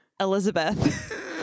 Elizabeth